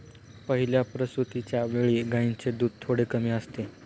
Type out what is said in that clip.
पहिल्या प्रसूतिच्या वेळी गायींचे दूध थोडे कमी असते